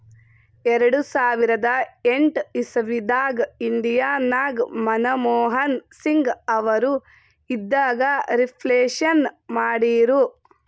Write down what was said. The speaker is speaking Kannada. ಎರಡು ಸಾವಿರದ ಎಂಟ್ ಇಸವಿದಾಗ್ ಇಂಡಿಯಾ ನಾಗ್ ಮನಮೋಹನ್ ಸಿಂಗ್ ಅವರು ಇದ್ದಾಗ ರಿಫ್ಲೇಷನ್ ಮಾಡಿರು